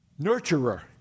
nurturer